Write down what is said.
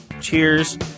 Cheers